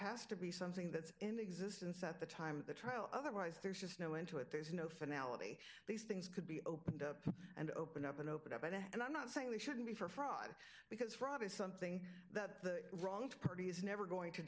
has to be something that's in existence at the time of the trial otherwise there's just no end to it there's no finale these things could be opened up and open up and open up and i'm not saying they shouldn't be for fraud because fraud is something that the wrong party is never going to